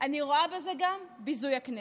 אני רואה בזה גם ביזוי הכנסת.